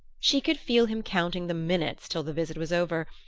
she could feel him counting the minutes till the visit was over,